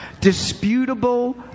disputable